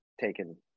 Taken